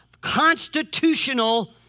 constitutional